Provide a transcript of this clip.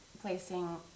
placing